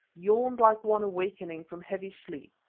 yawned like one awaking from heavy sleep,